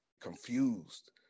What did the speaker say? confused